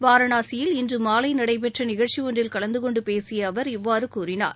வாரணாசியில் இன்று மாலை நடைபெற்ற நிகழ்ச்சி ஒன்றில் கலந்து கொண்டு பேசிய அவர் இவ்வாறு கூறினார்